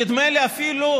נדמה לי אפילו,